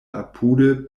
apude